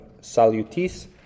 Salutis